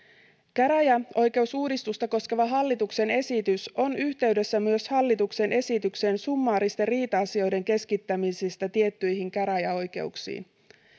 käräjäoikeusuudistusta koskeva hallituksen esitys on yhteydessä myös hallituksen esitykseen summaaristen riita asioiden keskittämisestä tiettyihin käräjäoikeuksiin